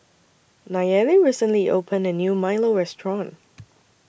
Nayeli recently opened A New Milo Restaurant